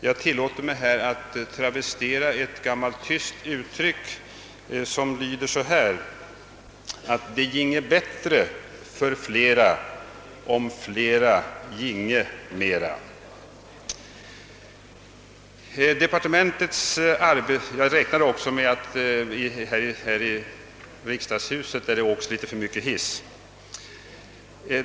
Jag tillåter mig här att travestera ett gammalt tyskt uttryck: Det ginge bättre för flera, om flera ginge mera. — Härvidlag menar jag också att det i riksdagshuset åks litet för mycket hiss.